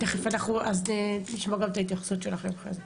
אז נשמע גם את ההתייחסות שלכם אחרי זה.